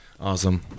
Awesome